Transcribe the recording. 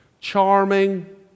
charming